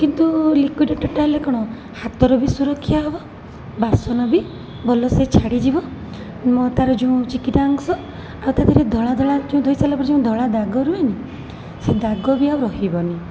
କିନ୍ତୁ ଲିକୁଇଡ଼ର ହେଲେ କ'ଣ ହାତର ବି ସୁରକ୍ଷା ହବ ବାସନ ବି ଭଲସେ ଛାଡ଼ିଯିବ ଏବଂ ତାର ଯେଉଁ ଚିକିଟାଅଂଶ ଆଉ ତାଦେହରେ ଧଳାଧଳା ଯେଉଁ ଧୋଇ ସାରିବା ପରେ ଯେଉଁ ଧଳାଦାଗ ରୁହେନି ସେ ଦାଗ ବି ଆଉ ରହିବନି